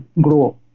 grow